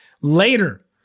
later